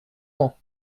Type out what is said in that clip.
vent